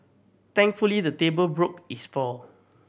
thankfully the table broke his fall